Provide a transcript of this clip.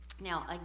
now